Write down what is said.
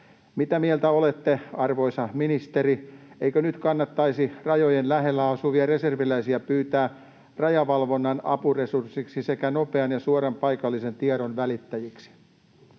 Mitä mieltä olette, arvoisa ministeri, eikö nyt kannattaisi rajojen lähellä asuvia reserviläisiä pyytää rajavalvonnan apuresurssiksi sekä nopean ja suoran paikallisen tiedon välittäjiksi?